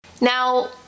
Now